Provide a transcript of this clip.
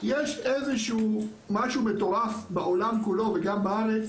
יש איזשהו אטרף בעולם כולו וגם בארץ